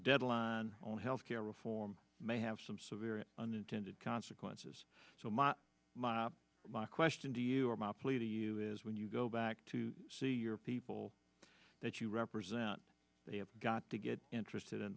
deadline on health care reform may have some severe unintended consequences so my my my question to you or my plea to you is when you go back to see your people that you represent they have got to get interested in